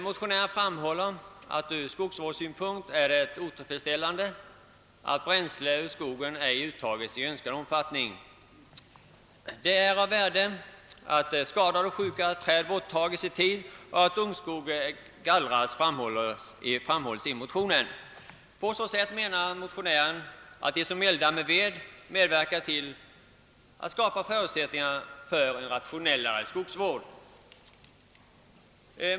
Motionären framhåller att det ur skogsvårdssynpunkt är otillfredsställande att bränsle ur skogen ej uttages i önskad omfattning och påtalar betydelsen av att skadade och sjuka träd borttages i tid och att ungskogen gallras. På så sätt menar motionären att de som el dar med ved medverkar till att skapa förutsättningar för rationellare skogsvård.